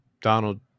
donald